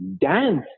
dance